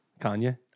Kanye